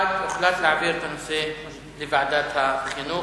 1. הוחלט להעביר את הנושא לוועדת החינוך.